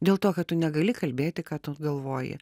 dėl to kad tu negali kalbėti ką tu galvoji